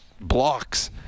blocks